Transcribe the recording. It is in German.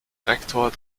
rektor